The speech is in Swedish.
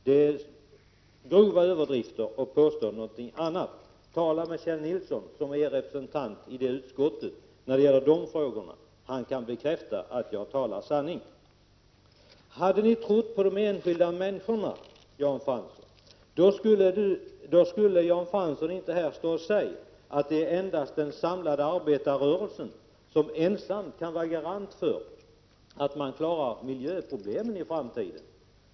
Det är grova överdrifter att påstå något annat. Tala med Kjell Nilsson som är er representant i det utskottet när det gäller dessa frågor. Han kan bekräfta att jag talar sanning. Om socialdemokraterna hade trott på de enskilda människorna, så skulle inte Jan Fransson ha stått här och sagt att det endast är den samlade arbetarrörelsen som ensam kan vara en garant för att man klarar miljöproblemen i framtiden.